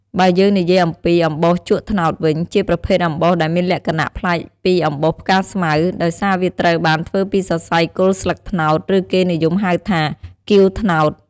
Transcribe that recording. បើយើងនិយាយអំពី អំបោសជក់ត្នោតវិញ ជាប្រភេទអំបោសដែលមានលក្ខណៈប្លែកពីអំបោសផ្កាស្មៅ ដោយសារវាត្រូវបានធ្វើពីសរសៃគល់ស្លឹកត្នោត ឬគេនិយមហៅថា គាវត្នោត។